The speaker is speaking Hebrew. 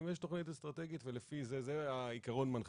ויש תכנית אסטרטגית וזה העיקרון המנחה.